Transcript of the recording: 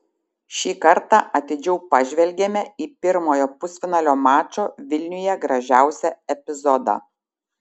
šį kartą atidžiau pažvelgėme į pirmojo pusfinalio mačo vilniuje gražiausią epizodą